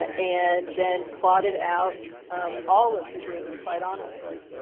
ah and then plotted out all of the groups quite honestly.